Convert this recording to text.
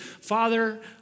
Father